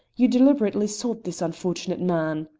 you deliberately sought this unfortunate man.